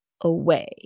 away